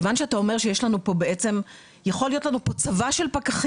כיוון שאתה אומר שיכול להיות פה צבא של פקחים,